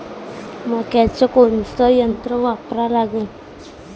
मक्याचं कोनचं यंत्र वापरा लागन?